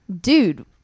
Dude